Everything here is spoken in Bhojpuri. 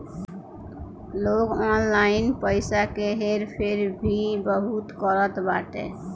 लोग ऑनलाइन पईसा के हेर फेर भी बहुत करत बाटे